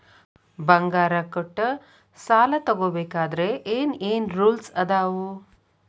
ಬಂಗಾರ ಕೊಟ್ಟ ಸಾಲ ತಗೋಬೇಕಾದ್ರೆ ಏನ್ ಏನ್ ರೂಲ್ಸ್ ಅದಾವು?